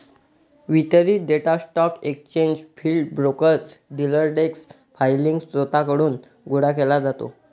वितरित data stock exchange feed, brokers, dealer desk filing स्त्रोतांकडून गोळा केला जातो